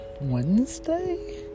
Wednesday